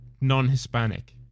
Non-Hispanic